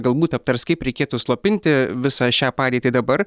galbūt aptars kaip reikėtų slopinti visą šią padėtį dabar